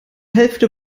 hälfte